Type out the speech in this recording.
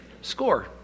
Score